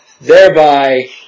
thereby